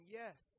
yes